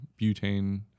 butane